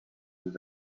his